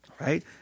Right